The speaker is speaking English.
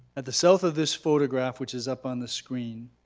at the south of this photograph which is up on the screen,